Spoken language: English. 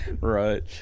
Right